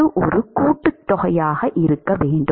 அது ஒரு கூட்டுத்தொகையாக இருக்க வேண்டும்